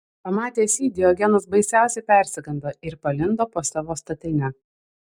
pamatęs jį diogenas baisiausiai persigando ir palindo po savo statine